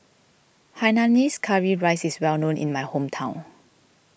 Hainanese Curry Rice is well known in my hometown